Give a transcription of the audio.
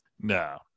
No